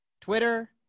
Twitter